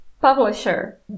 publisher